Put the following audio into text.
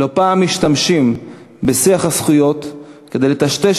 לא פעם משתמשים בשיח הזכויות כדי לטשטש